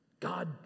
God